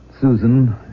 Susan